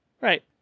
Right